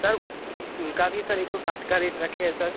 sir उ उनका भी सर एक सौ साठ का रेट रखे हैं सर